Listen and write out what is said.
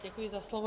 Děkuji za slovo.